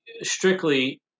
strictly